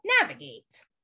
navigate